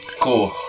Cool